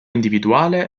individuale